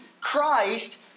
Christ